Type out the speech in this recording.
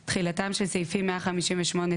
(5) תחילתם של סעיפים 158ס